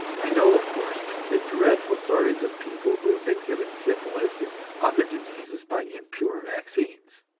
i know, of course, the dreadful stories of people who have been given syphilis and other diseases by impure vaccines.